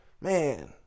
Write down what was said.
man